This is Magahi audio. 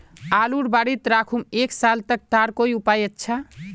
आलूर बारित राखुम एक साल तक तार कोई उपाय अच्छा?